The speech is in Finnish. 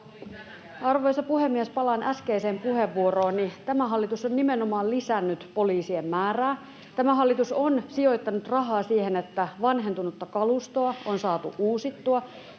Arvoisa puhemies! Palaan äskeiseen puheenvuorooni: Tämä hallitus on nimenomaan lisännyt poliisien määrää. Tämä hallitus on sijoittanut rahaa siihen, että vanhentunutta kalustoa on saatu uusittua.